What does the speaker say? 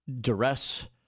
duress